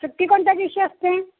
सुट्टी कोणत्या दिवशी असते